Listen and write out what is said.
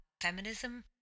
feminism